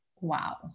Wow